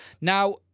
Now